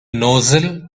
nozzle